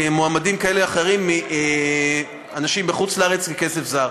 מועמדים כאלה ואחרים, מאנשים בחוץ-לארץ, כסף זר.